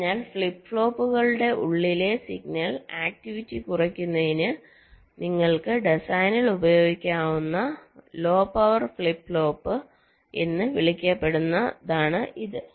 അതിനാൽ ഫ്ലിപ്പ് ഫ്ലോപ്പുകളുടെ ഉള്ളിലെ സിഗ്നൽ ആക്ടിവിറ്റി കുറയ്ക്കുന്നതിന് നിങ്ങൾക്ക് ഡിസൈനിൽ ഉപയോഗിക്കാവുന്ന ലോ പവർ ഫ്ലിപ്പ് ഫ്ലോപ്പ് എന്ന് വിളിക്കപ്പെടുന്നതാണ് ഇത്